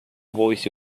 voice